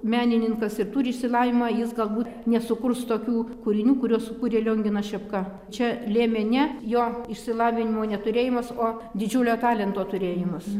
menininkas ir turi išsilavinimą jis galbūt nesukurs tokių kūrinių kuriuos sukūrė lionginas šepka čia lėmė ne jo išsilavinimo neturėjimas o didžiulio talento turėjimas